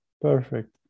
Perfect